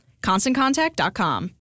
ConstantContact.com